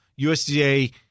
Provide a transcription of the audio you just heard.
USDA